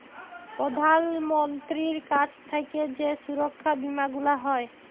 প্রধাল মন্ত্রীর কাছ থাক্যে যেই সুরক্ষা বীমা গুলা হ্যয়